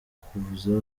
kuza